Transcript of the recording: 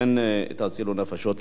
כן תצילו נפשות.